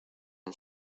han